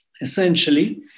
essentially